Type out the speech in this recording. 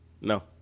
No